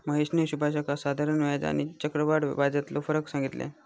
महेशने सुभाषका साधारण व्याज आणि आणि चक्रव्याढ व्याजातलो फरक सांगितल्यान